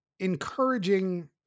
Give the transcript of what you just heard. encouraging